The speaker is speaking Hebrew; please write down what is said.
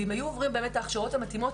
אם היו עוברים באמת את ההכשרות המתאימות,